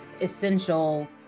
essential